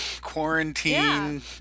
quarantine